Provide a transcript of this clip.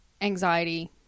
anxiety